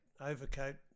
overcoat